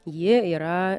ji yra